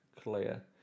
Clear